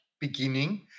beginning